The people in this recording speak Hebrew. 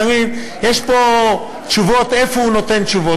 יש פה תשובות איפה הוא נותן תשובות.